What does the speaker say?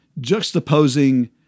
juxtaposing